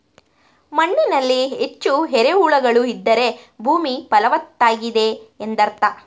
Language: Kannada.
ಮಣ್ಣಿನಲ್ಲಿ ಹೆಚ್ಚು ಎರೆಹುಳುಗಳು ಇದ್ದರೆ ಭೂಮಿ ಫಲವತ್ತಾಗಿದೆ ಎಂದರ್ಥ